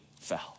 fell